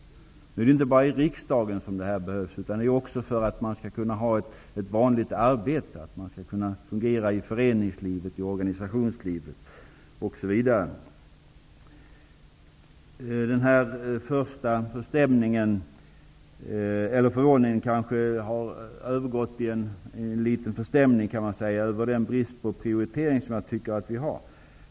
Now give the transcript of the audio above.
Men nu är det inte bara i riksdagen som punktskriften behövs. Den behövs också för att synskadade skall kunna ha ett vanligt arbete och fungera i organisationslivet, föreningslivet osv. Den första förvåningen har hos mig övergått i något av en förstämning över den brist på prioritering som vi enligt min mening har.